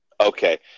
Okay